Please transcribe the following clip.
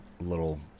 little